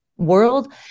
world